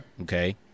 okay